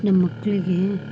ನಮ್ಮಕ್ಕಳಿಗೆ